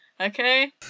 Okay